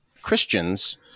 Christians